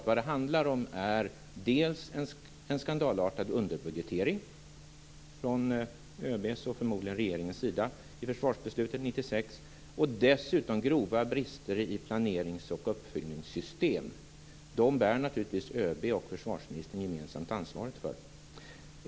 Vad det handlar om är nämligen dels en skandalartad underbudgetering från ÖB:s, och förmodligen även från regeringens, sida i Försvarsbeslut 96, dels om grova brister i planerings och uppföljningssystem. Dessa bär naturligtvis ÖB och försvarsministern gemensamt ansvaret för.